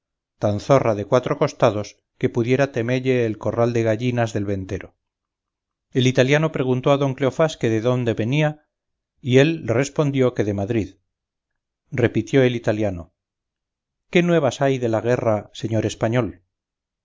tan zorra de cuatro costados que pudiera temelle el corral de gallinas del ventero el italiano preguntó a don cleofás que de adonde venía y él le respondió que de madrid repitió el italiano qué nuevas hay de la guerra señor español